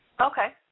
Okay